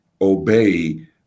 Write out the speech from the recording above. obey